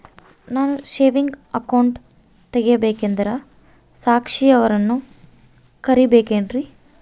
ನಾನು saving account ತೆಗಿಬೇಕಂದರ ಸಾಕ್ಷಿಯವರನ್ನು ಕರಿಬೇಕಿನ್ರಿ?